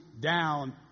down